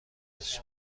پیجی